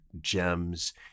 gems